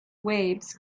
waves